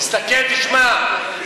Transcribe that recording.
תסתכל, תשמע.